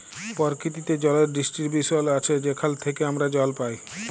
পরকিতিতে জলের ডিস্টিরিবশল আছে যেখাল থ্যাইকে আমরা জল পাই